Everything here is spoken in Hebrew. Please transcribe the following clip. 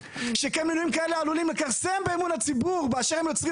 שכן מינויים כאלה עלולים לכרסם באמון הציבור באשר הם יוצרים